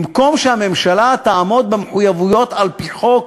במקום שהממשלה תעמוד במחויבויות על-פי חוק